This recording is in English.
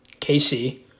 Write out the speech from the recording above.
KC